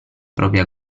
propria